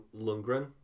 Lundgren